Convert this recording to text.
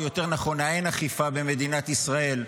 או יותר נכון האין-אכיפה במדינת ישראל,